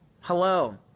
Hello